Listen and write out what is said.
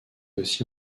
aussi